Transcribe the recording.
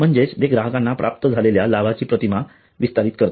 म्हणजेच ते ग्राहकांना प्राप्त झालेल्या लाभाची प्रतिमा विस्तारित करते